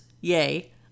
yay